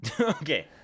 Okay